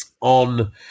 on